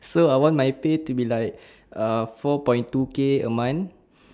so I want my pay to be like uh four point two K a month